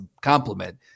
compliment